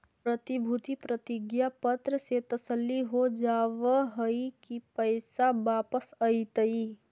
प्रतिभूति प्रतिज्ञा पत्र से तसल्ली हो जावअ हई की पैसा वापस अइतइ